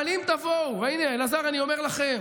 אבל אם תבואו, והינה, אלעזר, אני אומר לכם,